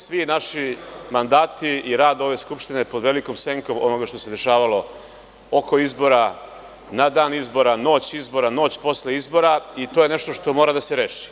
Svi naši mandati i rad ove Skupštine je pod velikom senkom onoga što se dešavalo oko izbora, na dan izbora, noć izbora, noć posle izbora i to je nešto što mora da se reši.